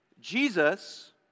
Jesus